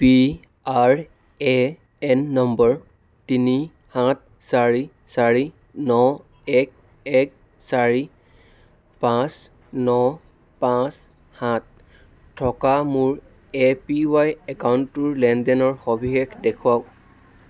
P R A N নম্বৰ তিনি সাত চাৰি চাৰি ন এক এক চাৰি পাঁচ ন পাঁচ সাত থকা মোৰ এ পি ৱাই একাউণ্টটোৰ লেনদেনৰ সবিশেষ দেখুৱাওক